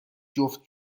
جفت